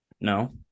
no